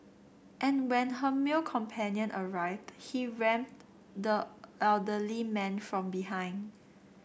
and when her male companion arrived he rammed the elderly man from behind